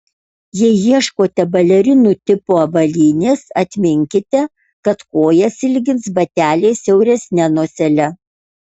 jei ieškote balerinų tipo avalynės atminkite kad kojas ilgins bateliai siauresne nosele